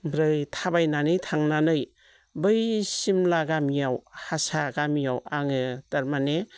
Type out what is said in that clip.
ओमफ्राय थाबायनानै थांनानै बै सिमला गामियाव हारसा गामियाव आङो थारमाने